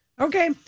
Okay